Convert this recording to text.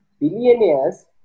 Billionaires